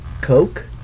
Coke